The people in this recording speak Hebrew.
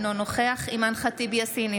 אינו נוכח אימאן ח'טיב יאסין,